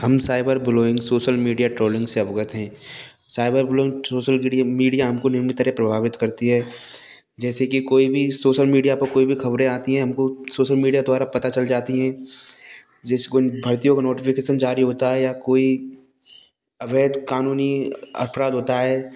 हम cyber bullying social media trolling से अवगत हैं साइबर ब्लोइंग सोशल मीडिया हमको निम्न तरह प्रभावित करती है जैसे की कोई भी सोशल मीडिया पर कोई भी खबरें आती है हमको सोशल मीडिया द्वारा पता चल जाती हैं जिसको भारतीयों का नोटिफिकेशन जारी होता है या कोई अवैध कानूनी अपराध होता है